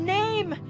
name